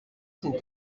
sin